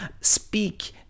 speak